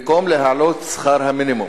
במקום להעלות את שכר המינימום,